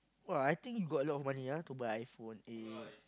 !wah! I think you got a lot of money ah to buy iPhone eight